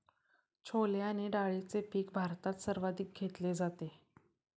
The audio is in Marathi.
छोले आणि डाळीचे पीक भारतात सर्वाधिक घेतले जाते